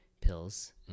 pills